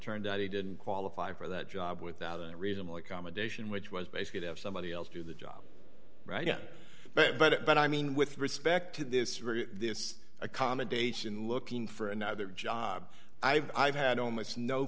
turned out he didn't qualify for that job without any reasonable accommodation which was basically to have somebody else do the job right but i mean with respect to this very this accommodation looking for another job i've had almost no